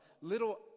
little